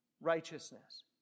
righteousness